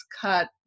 cut